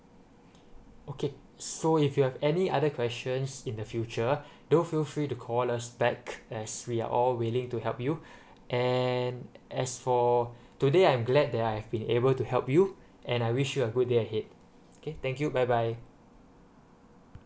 okay so if you have any other questions in the future do feel free to call us back as we are all willing to help you and as for today I am glad that I have been able to help you and I wish you a good their ahead k thank you bye bye